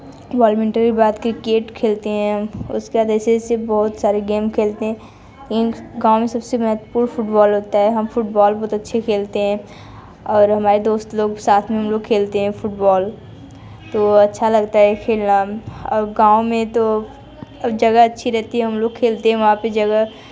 badminton के बाद के किरकेट खेलते हैं उसका जैसे सिर्फ बहुत सारे गेम खेलते हैं इन गाँव में सबसे महत्वपूर्ण फुटबॉल होता है हम फुटबॉल बहुत अच्छे खेलते हैं और हमारे दोस्त लोग साथ में हम खेलते हैं फुटबॉल तो अच्छा लगता है खेलना और गाँव में तो जगह अच्छी रहती है हम लोग खेलते हैं वहाँ पे जगह